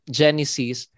genesis